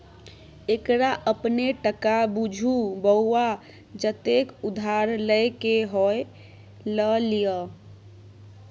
एकरा अपने टका बुझु बौआ जतेक उधार लए क होए ल लिअ